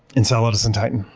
enceladus, and titan.